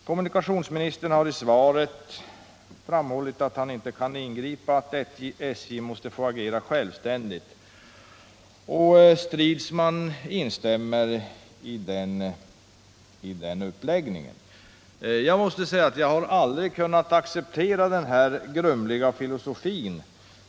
Kommunikationsministern har i sitt svar framhållit att han inte kan ingripa och att SJ måste få agera självständigt. Stridsman ansluter sig också till denna inställning. Jag har aldrig kunnat acceptera denna grumliga filosofi.